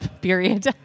period